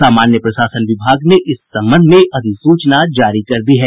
सामान्य प्रशासन विभाग ने इस संबंध में अधिसूचना जारी कर दी है